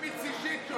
משמיץ אישית.